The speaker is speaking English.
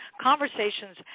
Conversations